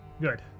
good